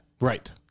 Right